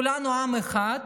כולנו עם אחד,